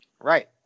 right